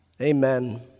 Amen